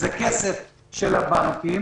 זה כסף של הבנקים.